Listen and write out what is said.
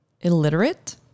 illiterate